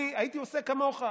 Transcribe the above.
אני הייתי עושה כמוך.